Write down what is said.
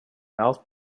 mouth